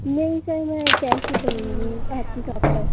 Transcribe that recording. نہیں سر میں کیش ہی کروں گی آپ کی شاپ پر